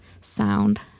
sound